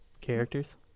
characters